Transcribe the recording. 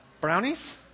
Brownies